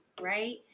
right